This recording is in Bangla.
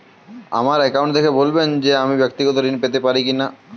আমার অ্যাকাউন্ট দেখে বলবেন যে আমি ব্যাক্তিগত ঋণ পেতে পারি কি না?